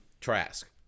Trask